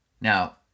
Now